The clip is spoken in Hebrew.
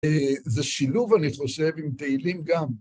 זה שילוב, אני חושב, עם תהילים גם.